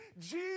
Jesus